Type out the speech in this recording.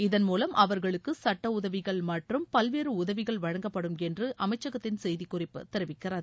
இதன் மூலம் அவர்களுக்கு சுட்ட உதவிகள் மற்றும் பல்வேறு உதவிகள் வழங்கப்படும் என்று அமைச்சகத்தின் செய்தி குறிப்பு தெரிவிக்கிறது